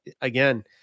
again